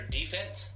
defense